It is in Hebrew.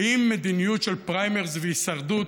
עם מדיניות של פריימריז והישרדות,